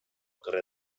carrer